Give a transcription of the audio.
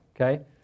okay